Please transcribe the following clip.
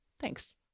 Thanks